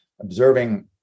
observing